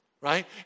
right